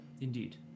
Indeed